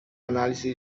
análise